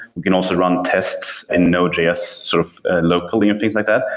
we can also run tests in node js sort of locally and things like that.